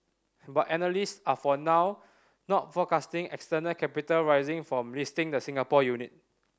but analysts are for now not forecasting external capital raising from listing the Singapore unit